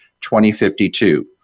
2052